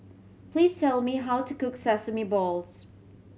please tell me how to cook sesame balls